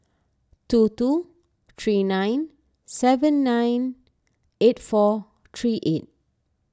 two two three nine seven nine eight four three eight